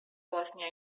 bosnia